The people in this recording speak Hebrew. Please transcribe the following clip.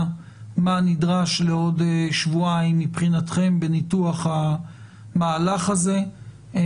מה נדרש לעוד שבועיים מבחינתכם בניתוח המהלך הזה.